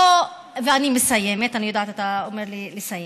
ואני מסיימת, אני יודעת, אתה אומר לי לסיים,